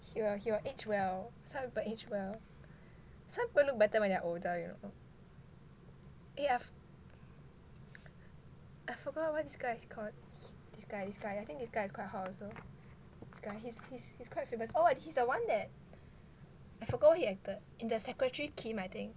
he will he will age well some people age well some people look better when they're older you know eh I forgot what this guy is called this guy this guy I think this guy is quite hot also this guy he's he's he's quite famous oh oh he's the one that I forgot what he acted in that secretary I think